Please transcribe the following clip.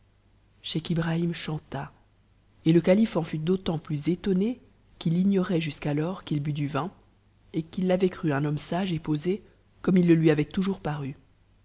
scheich ibrahim chanta et le calife en fut d'autant plus étonné qu'il avait ignoré jusqu'alors qu'il bût du vin et qu'it l'avait cru un homme sa c et posé comme il le lui avait toujours paru